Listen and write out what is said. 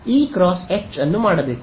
E × H ಮಾಡಬೇಕು